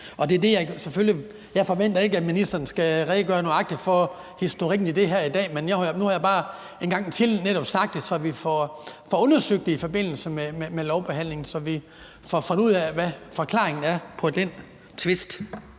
selvfølgelig ikke, at ministeren skal redegøre nøjagtigt for historikken i det her i dag, men nu har jeg bare én gang til netop sagt det, så vi får det undersøgt i forbindelse med lovbehandlingen og får fundet ud af, hvad forklaringen på den tvist